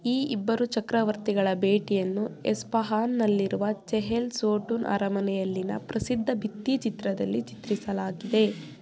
ಈ ಇಬ್ಬರು ಚಕ್ರವರ್ತಿಗಳ ಭೇಟಿಯನ್ನು ಎಸ್ಫಹಾನ್ನಲ್ಲಿರುವ ಚೆಹೆಲ್ ಸೊಟುನ್ ಅರಮನೆಯಲ್ಲಿನ ಪ್ರಸಿದ್ಧ ಭಿತ್ತಿಚಿತ್ರದಲ್ಲಿ ಚಿತ್ರಿಸಲಾಗಿದೆ